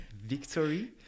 victory